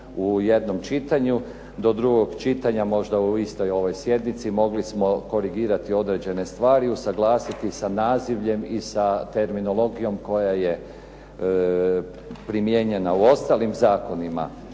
u jednom čitanju. Do drugog čitanja možda u istoj ovoj sjednici mogli smo korigirati određene stvari, usuglasiti sa nazivljem i sa terminologijom koja je primijenjena u ostalim zakonima.